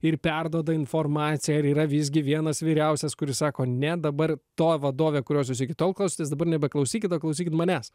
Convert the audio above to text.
ir perduoda informaciją ar yra visgi vienas vyriausias kuris sako ne dabar to vadovė kurios jūs iki tol klausėtės dabar nebeklausykit o klausykit manęs